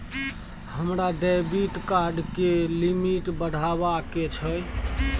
हमरा debit card के limit बढावा के छै